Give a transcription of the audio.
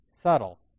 Subtle